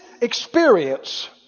experience